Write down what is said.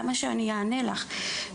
למה שאני אענה לך?